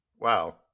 Wow